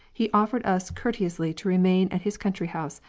he offered us courteously to remain at his country-house,